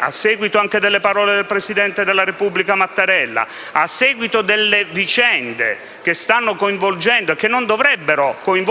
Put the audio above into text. A seguito delle parole del presidente della Repubblica Mattarella e a seguito delle vicende che stanno coinvolgendo, e non dovrebbero coinvolgere,